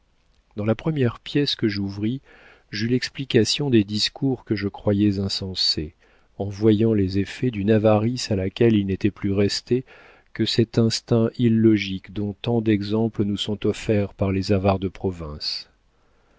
dans la première pièce que j'ouvris j'eus l'explication des discours que je croyais insensés en voyant les effets d'une avarice à laquelle il n'était plus resté que cet instinct illogique dont tant d'exemples nous sont offerts par les avares de province